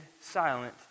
silent